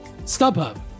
StubHub